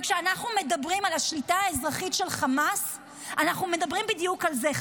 וכשאנחנו מדברים על השליטה האזרחית של חמאס אנחנו מדברים בדיוק על זה.